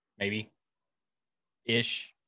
maybe-ish